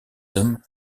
hommes